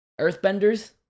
Earthbenders